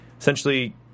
Essentially